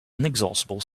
inexhaustible